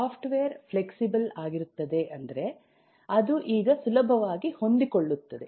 software flexible ಆಗಿರುತ್ತದೆ ಅಂದರೆ ಅದು ಈಗ ಸುಲಭವಾಗಿ ಹೊಂದಿಕೊಳ್ಳುತ್ತದೆ